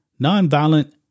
nonviolent